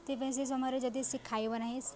ତେବେ ସେ ସମୟରେ ଯଦି ସେ ଖାଇବ ନାହିଁ